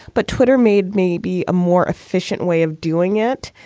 but twitter made me be a more efficient way of doing it.